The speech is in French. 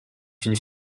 une